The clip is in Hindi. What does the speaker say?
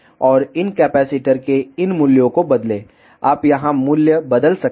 और इन कैपेसिटर के इन मूल्यों को बदलें आप यहां मूल्य बदल सकते हैं